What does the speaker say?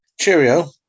cheerio